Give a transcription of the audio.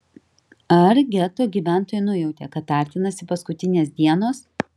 ar geto gyventojai nujautė kad artinasi paskutinės dienos